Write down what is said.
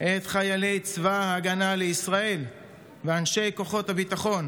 את חיילי צבא ההגנה לישראל ואנשי כוחות הביטחון,